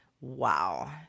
wow